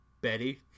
Betty